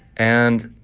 and,